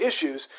issues